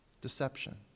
Deception